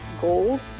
goals